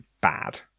bad